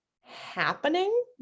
happening